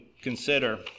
consider